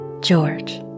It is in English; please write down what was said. George